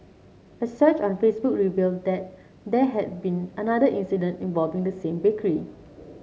a search on Facebook revealed that there had been another incident involving the same bakery